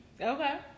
Okay